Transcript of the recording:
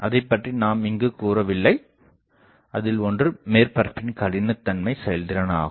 அதைப்பற்றி நாம் இங்குக் கூறவில்லை அதில் ஒன்று மேற்பரப்பின் கடினத்தன்மை செயல்திறன் ஆகும்